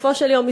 בסופו של יום,